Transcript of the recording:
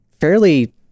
fairly